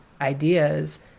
ideas